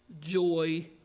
joy